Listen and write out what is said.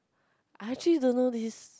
I actually don't know this